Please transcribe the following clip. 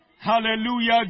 Hallelujah